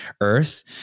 earth